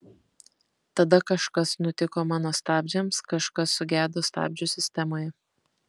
tada kažkas nutiko mano stabdžiams kažkas sugedo stabdžių sistemoje